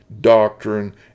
doctrine